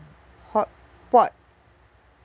hotpot